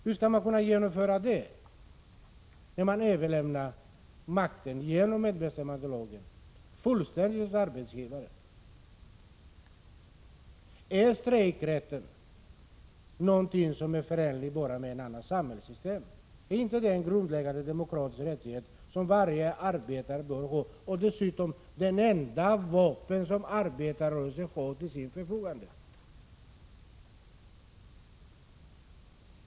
Hur skall man kunna genomföra det när man genom medbestämmandelagen fullständigt överlämnar makten till arbetsgivaren? Är strejkrätten någonting som är förenligt bara med ett annat samhällssystem? Är inte den en grundläggande demokratisk rättighet som varje arbetare bör ha? Den är dessutom det enda vapen som arbetarrörelsen har till sitt förfogande.